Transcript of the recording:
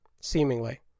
seemingly